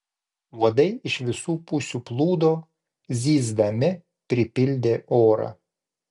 uodai iš visų pusių plūdo zyzdami pripildė orą